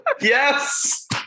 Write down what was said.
Yes